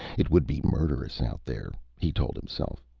it would be murderous out there, he told himself,